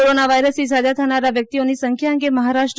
corona વાયરસથી સાજા થનારા વ્યક્તિઓની સંખ્યા અંગે મહારાષ્ર્